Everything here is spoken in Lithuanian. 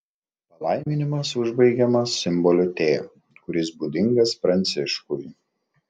palaiminimas užbaigiamas simboliu t kuris būdingas pranciškui